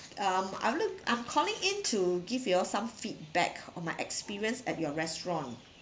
um I'm look I'm calling in to give you all some feedback on my experience at your restaurant